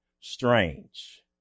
strange